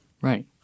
Right